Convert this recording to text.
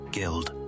Guild